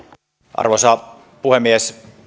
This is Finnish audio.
arvoisa puhemies